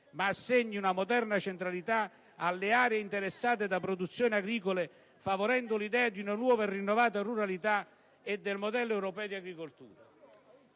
ma assegni una moderna centralità alle aree interessate da produzioni agricole, favorendo l'idea di una nuova e rinnovata ruralità e del modello europeo di agricoltura.